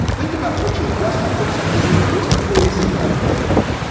think about what your restaurant looks like when you have more employees than you have customers.